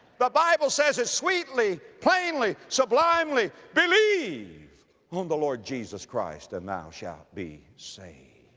but bible says it sweetly, plainly, sublimely, believe on the lord jesus christ and thou shalt be saved.